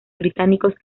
británicos